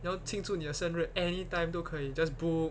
你要庆祝你的生日 anytime 都可以 just book